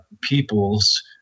peoples